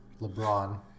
LeBron –